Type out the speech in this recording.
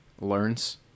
learns